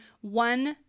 one